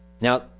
Now